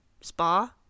spa